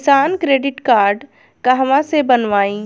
किसान credit card कहवा से बनवाई?